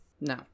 no